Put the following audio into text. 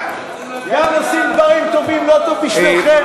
גם אם עושים דברים טובים זה לא טוב בשבילכם?